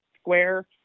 square